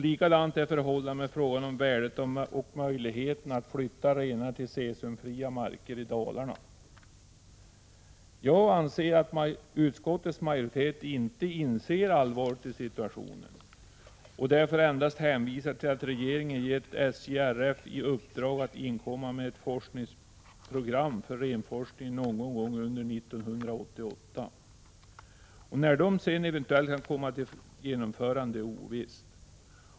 Likadant är förhållandet med frågan om värdet av och möjligheten att flytta renarna till cesiumfria marker i Dalarna. Jag anser att utskottets majoritet inte insett allvaret i situationen och därför endast hänvisar till att regeringen har gett SJFR i uppdrag att inkomma med ett forskningsprogram för renforskningen någon gång under 1988. När programmet sedan eventuellt kan komma till genomförande är ovisst.